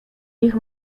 ich